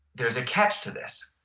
there's a catch to this.